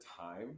time